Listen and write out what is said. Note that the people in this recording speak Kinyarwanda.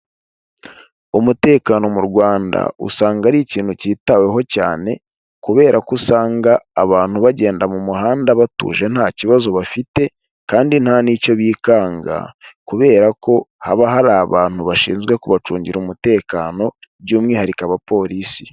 Umutekano mu Rwanda usanga ari ikintu cyitaweho cyane kubera ko usanga abantu bagenda mu muhanda batuje nta kibazo bafite kandi nta nticyo bikanga, kubera ko haba hari abantu bashinzwe kubacungira umutekano by'umwihariko abapolisi.